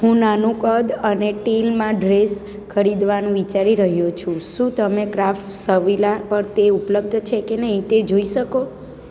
હું નાનું કદ અને ટીલમાં ડ્રેસ ખરીદવાનું વિચારી રહ્યો છું શું તમે ક્રાફ્ટ્સવિલા પર તે ઉપલબ્ધ છે કે નહીં તે જોઈ શકો